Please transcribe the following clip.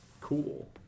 cool